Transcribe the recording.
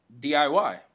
DIY